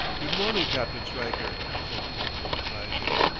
good morning, captain stryker, said kirkwood, rising.